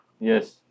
Yes